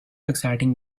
exciting